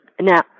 Now